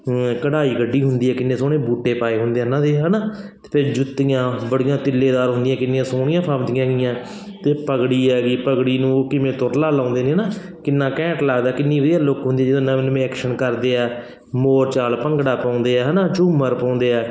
ਕਢਾਈ ਕੱਢੀ ਹੁੰਦੀ ਹੈ ਕਿੰਨੇ ਸੋਹਣੇ ਬੂਟੇ ਪਾਏ ਹੁੰਦੇ ਆ ਇਹਨਾਂ ਦੇ ਹੈ ਨਾ ਅਤੇ ਜੁੱਤੀਆਂ ਬੜੀਆਂ ਤਿੱਲੇਦਾਰ ਹੁੰਦੀਆਂ ਕਿੰਨੀਆਂ ਸੋਹਣੀਆਂ ਫੱਬਦੀਆਂ ਗੀਆਂ ਅਤੇ ਪਗੜੀ ਹੈਗੀ ਪਗੜੀ ਨੂੰ ਉਹ ਕਿਵੇਂ ਤੁਰਲਾ ਲਗਾਉਂਦੇ ਨੇ ਨਾ ਕਿੰਨਾ ਘੈਂਟ ਲੱਗਦਾ ਕਿੰਨੀ ਵਧੀਆ ਲੁੱਕ ਹੁੰਦੀ ਜਦੋਂ ਨਵੇਂ ਨਵੇਂ ਐਕਸ਼ਨ ਕਰਦੇ ਆ ਮੋਰਚਾਲ ਭੰਗੜਾ ਪਾਉਂਦੇ ਆ ਹੈ ਨਾ ਝੂਮਰ ਪਾਉਂਦੇ ਆ